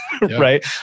Right